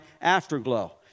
afterglow